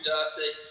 Dirty